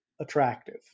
attractive